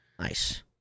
Nice